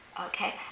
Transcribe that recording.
Okay